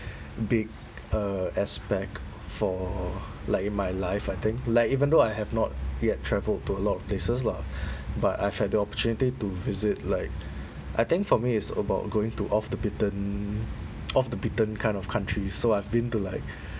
big uh aspect for like in my life I think like even though I have not yet had travelled to a lot of places lah but I've had the opportunity to visit like I think for me is about going to off the beaten off the beaten kind of countries so I've been to like